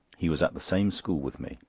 he was at the same school with me.